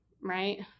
right